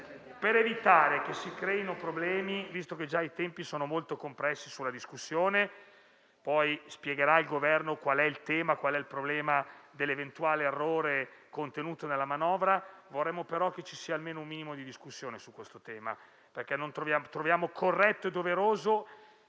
per evitare che si creino problemi, visto che già i tempi sono molto compressi sulla discussione. Spiegherà il Governo qual è il problema dell'eventuale errore contenuto nella manovra; vorremmo, però, che ci fosse almeno un minimo di discussione su questo tema perché troviamo corretto e doveroso